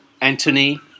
Anthony